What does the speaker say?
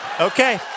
Okay